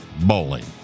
bowling